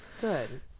Good